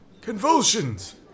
convulsions